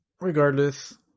regardless